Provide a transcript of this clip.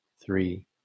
three